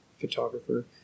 photographer